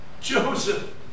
Joseph